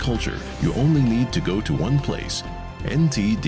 culture you only need to go to one place in